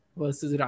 versus